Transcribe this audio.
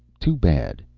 too bad,